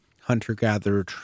hunter-gatherer